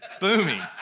booming